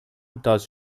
does